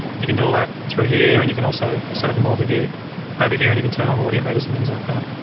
you can do all that through here and you can also set up the multiview over here and you can turn on audio meters and things like that.